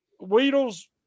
Weedle's